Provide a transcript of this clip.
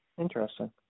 Interesting